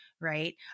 right